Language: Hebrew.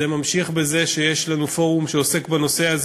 זה ממשיך בזה שיש לנו פורום שעוסק בנושא הזה